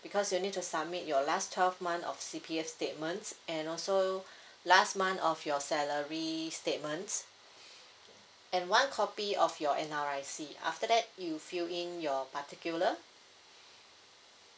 because you'll need to submit your last twelve month of C_P_F statements and also last month of your salary statements and one copy of your N_R_I_C after that you fill in your particular